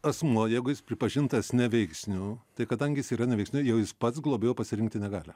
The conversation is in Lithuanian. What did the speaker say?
asmuo jeigu jis pripažintas neveiksniu tai kadangi jis yra neveiksniu jau jis pats globėjo pasirinkti negali